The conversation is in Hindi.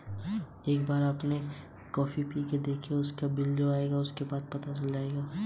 एक बार आपके पास क्रेडिट कार्ड हो जाने पर कुछ क्रेडिट कार्ड शुल्क से बचने के कुछ तरीके क्या हैं?